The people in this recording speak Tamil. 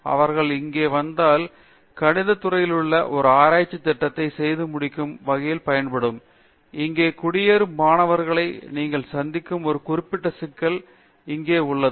அவர்கள் இங்கே வந்தால் இங்கு கணிதத் துறையிலுள்ள ஒரு ஆராய்ச்சித் திட்டத்தை செய்து முடிக்கும் வகையில் பயன்படும் இங்கு குடியேறும் மாணவர்களை நீங்கள் சந்திக்கும் ஒரு குறிப்பிட்ட சிக்கல் இங்கே உள்ளது